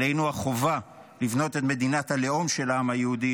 עלינו החובה לבנות את מדינת הלאום של העם היהודי